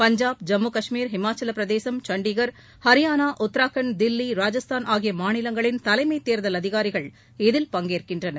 பஞ்சாப் ஜம்மு காஷ்மீர் இமாச்சலப்பிரதேசம் சண்டிகர் ஹரியானா உத்தரகாண்ட் தில்லி ராஜஸ்தான் ஆகிய மாநிலங்களின் தலைமைத் தேர்தல் அதிகாரிகள் இதில் பங்கேற்கின்றனர்